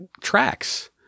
tracks